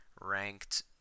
ranked